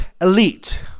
elite